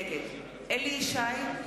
נגד אליהו ישי,